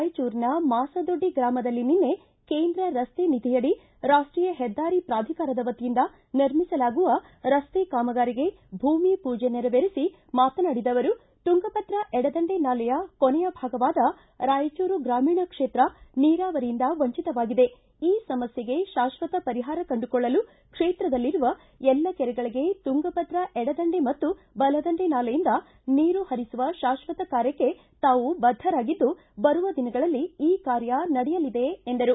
ರಾಯಚೂರಿನ ಮಾಸದೊಡ್ಡಿ ಗ್ರಾಮದಲ್ಲಿ ನಿನ್ನೆ ಕೇಂದ್ರ ರಸ್ತೆ ನಿಧಿಯಡಿ ರಾಷ್ಟೀಯ ಹೆದ್ದಾರಿ ಪ್ರಾಧಿಕಾರದ ವತಿಯಿಂದ ನಿರ್ಮಿಸಲಾಗುವ ರಸ್ತೆ ಕಾಮಗಾರಿಗೆ ಭೂಮಿ ಪೂಜೆ ನೆರವೇರಿಸಿ ಮಾತನಾಡಿದ ಅವರು ತುಂಗಭದ್ರಾ ಎಡದಂಡೆ ನಾಲೆಯ ಕೊನೆಯ ಭಾಗವಾದ ರಾಯಚೂರು ಗ್ರಾಮೀಣ ಕ್ಷೇತ್ರ ನೀರಾವರಿಯಿಂದ ವಂಚತವಾಗಿದೆ ಈ ಸಮಸ್ಥೆಗೆ ಶಾಕ್ವತ ಪರಿಹಾರ ಕಂಡುಕೊಳ್ಳಲು ಕ್ಷೇತ್ರದಲ್ಲಿರುವ ಎಲ್ಲಾ ಕೆರೆಗಳಿಗೆ ತುಂಗಭದ್ರಾ ಎಡದಂಡೆ ಮತ್ತು ಬಲದಂಡೆ ನಾಲೆಯಿಂದ ನೀರು ಹರಿಸುವ ಶಾಶ್ವತ ಕಾರ್ಯಕ್ಕೆ ತಾವು ಬದ್ದರಾಗಿದ್ದು ಬರುವ ದಿನಗಳಲ್ಲಿ ಈ ಕಾರ್ಯ ನಡೆಯಲಿದೆ ಎಂದರು